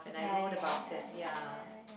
ya ya ya ya ya ya ya